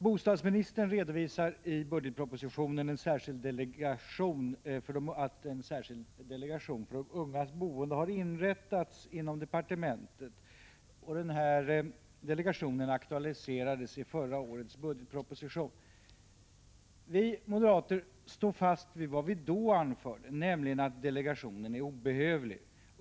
Bostadsministern redovisar i budgetpropositionen att en särskild delegation för de ungas boende har inrättats inom bostadsdepartementet. Delegationen aktualiserades i förra årets budgetproposition. Vi moderater står fast vid vad vi då anförde, nämligen att delegationen är obehövlig.